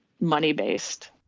money-based